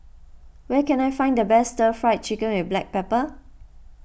where can I find the best Stir Fried Chicken with Black Pepper